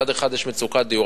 יש מצוקת דיור,